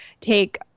take